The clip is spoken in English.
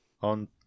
on